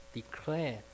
declare